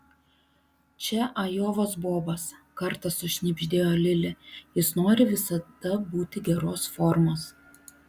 čia ajovos bobas kartą sušnibždėjo lili jis nori visada būti geros formos